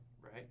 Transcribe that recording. right